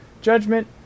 Judgment